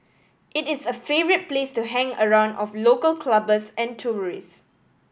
it is a favourite place to hang around of local clubbers and tourist